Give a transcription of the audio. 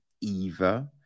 Eva